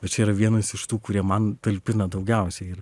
bet čia yra vienas iš tų kurie man talpina daugiausiai ir